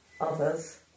others